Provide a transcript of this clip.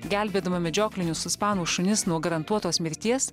gelbėdama medžioklinius ispanų šunis nuo garantuotos mirties